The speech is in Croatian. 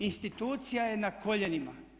Institucija je na koljenima.